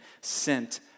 sent